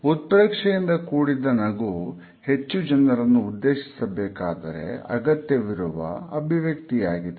ಉತ್ಪ್ರೇಕ್ಷೆಯಿಂದ ಕೂಡಿದ ನಗು ಹೆಚ್ಚು ಜನರನ್ನು ಉದ್ದೇಶಿಸ ಬೇಕಾದರೆ ಅಗತ್ಯವಿರುವ ಅಭಿವ್ಯಕ್ತಿಯಾಗಿದೆ